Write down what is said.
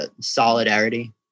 solidarity